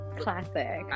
classic